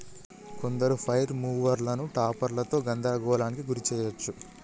కొందరు ఫ్లైల్ మూవర్లను టాపర్లతో గందరగోళానికి గురి చేయచ్చు